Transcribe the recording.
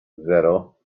zero